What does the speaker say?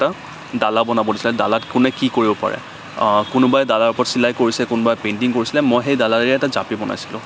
এটা ডালা বনাব দিছেলে ডালাত কোনে কি কৰিব পাৰে কোনোবাই ডালাৰ ওপৰত চিলাই কৰিছে কোনোবাই পেইন্টিং কৰিছিলে মই সেই ডালাইদি এটা জাপি বনাইছিলো